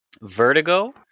vertigo